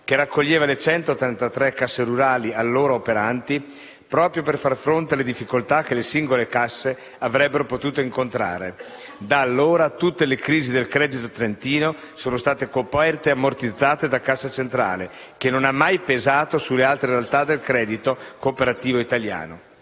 che raccoglieva le 133 casse rurali allora operanti, proprio per far fronte alle difficoltà che le singole casse avrebbero potuto incontrare. Da allora, tutte le crisi del credito trentino sono state coperte e ammortizzate dalla Cassa centrale, che non ha mai pesato sulle altre realtà del credito cooperativo italiano.